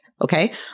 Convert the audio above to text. Okay